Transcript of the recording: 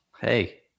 hey